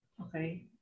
okay